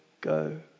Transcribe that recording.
go